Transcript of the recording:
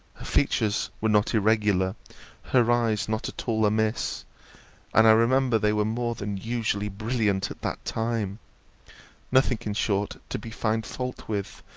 features were not irregular her eyes not at all amiss and i remember they were more than usually brilliant at that time nothing, in short, to be found fault with,